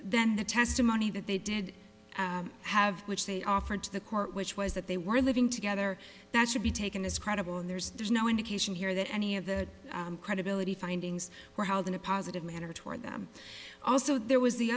then the testimony that they did have which they offered to the court which was that they were living together that should be taken as credible and there's there's no indication here that any of the credibility findings were held in a positive manner toward them also there was the